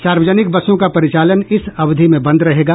सार्वजनिक बसों का परिचालन इस अवधि में बंद रहेगा